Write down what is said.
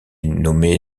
nommé